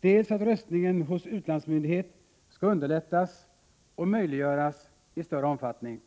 dels att röstningen hos utlandsmyndighet skall underlättas och möjliggöras i större omfattning än nu.